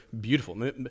beautiful